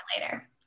later